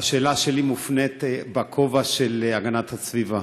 השאלה שלי מופנית בכובע של הגנת הסביבה.